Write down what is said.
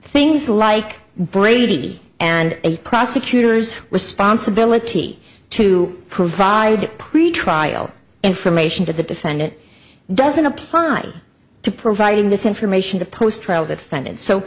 things like brady and a prosecutor's responsibility to provide pretrial information to the defendant doesn't apply to providing this information to post